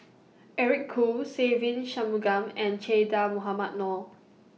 Eric Khoo Se Ve Shanmugam and Che Dah Mohamed Noor